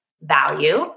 value